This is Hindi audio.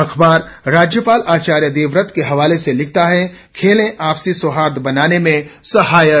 अखबार राज्यपाल आचार्य देवव्रत के हवाले से लिखता है खेलें आपसी सौहार्द बनाने में सहायक